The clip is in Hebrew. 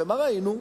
ומה ראינו?